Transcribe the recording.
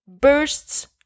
bursts